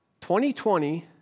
2020